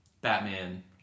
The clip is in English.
Batman